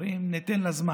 אומרים: ניתן לה זמן.